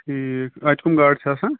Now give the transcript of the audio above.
ٹھیٖک اَتہِ کُم گاڈٕ چھِ آسان